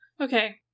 Okay